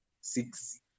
six